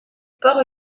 port